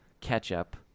ketchup